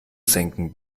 senken